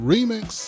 Remix